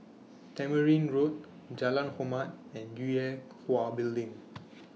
Tamarind Road Jalan Hormat and Yue Hwa Building